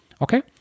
Okay